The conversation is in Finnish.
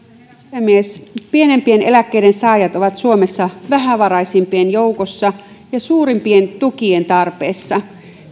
puhemies pienimpien eläkkeiden saajat ovat suomessa vähävaraisimpien joukossa ja suurimpien tukien tarpeessa